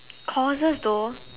courses though